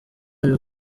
uyu